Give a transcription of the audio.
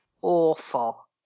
awful